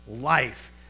life